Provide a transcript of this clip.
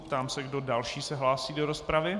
Ptám se, kdo další se hlásí do rozpravy.